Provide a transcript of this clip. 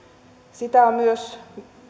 sitä on myös